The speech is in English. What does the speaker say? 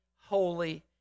holy